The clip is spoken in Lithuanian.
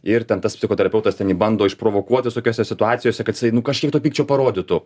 ir ten tas psichoterapeutas ten jį bando išprovokuot visokiose situacijose kad jisai nu kažkiek to pykčio parodytų